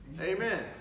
amen